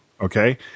okay